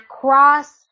Cross